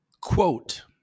Quote